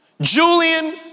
Julian